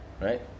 right